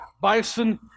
bison